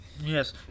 Yes